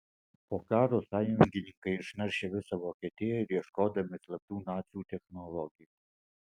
po karo sąjungininkai išnaršė visą vokietiją ieškodami slaptų nacių technologijų